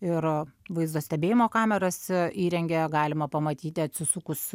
ir vaizdo stebėjimo kameros įrengia galima pamatyti atsisukus